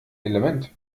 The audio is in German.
element